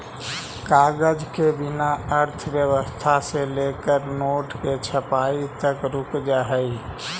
कागज के बिना अर्थव्यवस्था से लेकर नोट के छपाई तक रुक जा हई